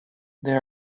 there